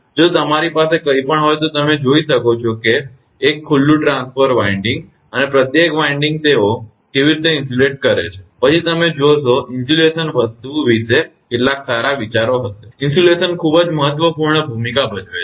જો તમારી પાસે કંઈપણ હોય તો તમે જોઈ શકો છો 1 ખુલ્લું ટ્રાન્સફોર્મર વિન્ડિંગ અને પ્રત્યેક વિન્ડિંગ તેઓ કેવી રીતે ઇન્સ્યુલેટેડ કરે છે પછી તમે જોશો ઇન્સ્યુલેશન વસ્તુ વિશે કેટલાક સારા વિચારો હશે ઇન્સ્યુલેશન ખૂબ જ મહત્વપૂર્ણ ભૂમિકા ભજવે છે